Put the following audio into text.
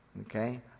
Okay